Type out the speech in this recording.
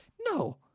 No